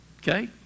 Okay